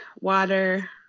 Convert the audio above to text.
water